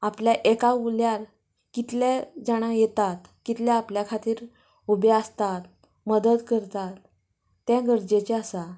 आपल्या एका उल्याक कितलें जाणां येतात कितलें आपल्या खातीर उबे आसतात मदत करतात तें गरजेचें आसा